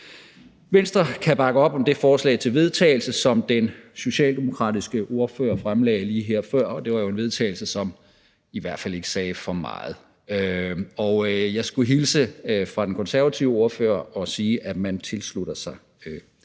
Venstre kan bakke op om det forslag til vedtagelse, som den socialdemokratiske ordfører fremsatte lige her før. Det var jo et forslag til vedtagelse, som i hvert fald ikke sagde for meget, og jeg skulle hilse fra den konservative ordfører og sige, at man tilslutter sig